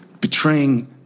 betraying